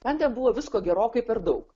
man tebuvo visko gerokai per daug